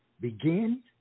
begin